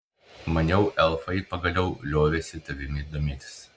maniau elfai pagaliau liovėsi tavimi domėtis